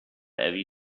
every